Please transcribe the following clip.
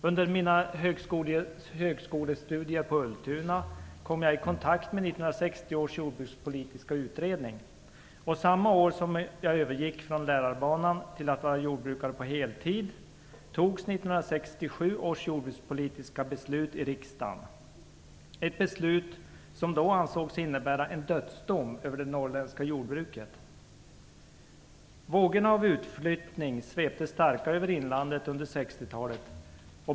Under mina högskolestudier på Ulltuna kom jag i kontakt med 1960 års jordbrukspolitiska utredning, och samma år som jag övergick från lärarbanan till att vara jordbrukare på heltid fattades 1967 års jordbrukspolitiska beslut i riksdagen. Det var ett beslut som då ansågs innebära en dödsdom över det norrländska jordbruket. Vågorna av utflyttning svepte starka över inlandet under 60-talet.